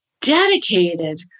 dedicated